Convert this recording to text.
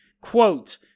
Quote